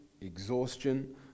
exhaustion